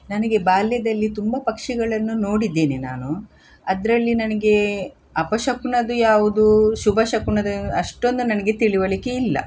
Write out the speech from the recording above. ನನಗೆ ಬಾಲ್ಯದಲ್ಲಿ ತುಂಬ ಪಕ್ಷಿಗಳನ್ನು ನೋಡಿದ್ದೀನಿ ನಾನು ಅದರಲ್ಲಿ ನನಗೆ ಅಪಶಕುನದ್ದು ಯಾವುದು ಶುಭಶಕುನದ್ದು ಅಷ್ಟೊಂದು ನನಗೆ ತಿಳಿವಳಿಕೆ ಇಲ್ಲ